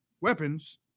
weapons